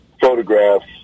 photographs